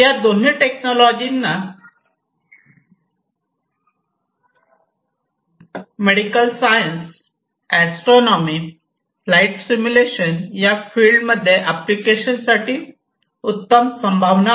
या दोन्ही टेक्नॉलॉजीना medical science astronomy flight simulation या फिल्ड्मध्ये एप्लीकेशन्स साठी उत्तम संभावना आहे